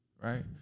right